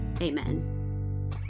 amen